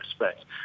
respect